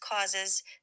causes